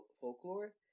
folklore